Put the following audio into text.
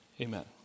Amen